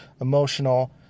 emotional